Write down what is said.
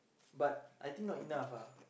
but I think not enough ah